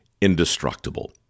indestructible